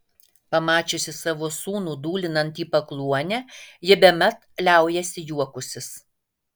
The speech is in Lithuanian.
pamačiusi savo sūnų dūlinant į pakluonę ji bemat liaujasi juokusis